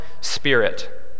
spirit